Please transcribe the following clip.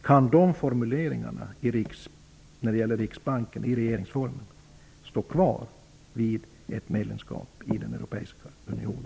Kan dessa formuleringar angående riksbanken stå kvar i regeringsformen vid ett medlemskap i den europeiska unionen?